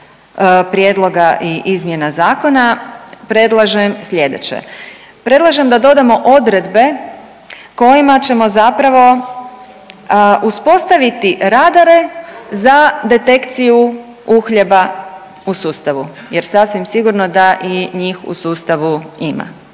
prijedloga i izmjena zakona predlažem slijedeće, predlažem da dodamo odredbe kojima ćemo zapravo uspostaviti radare za detekciju uhljeba u sustavu jer sasvim sigurno da i njih u sustavu ima.